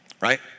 Right